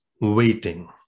waiting